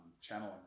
channeling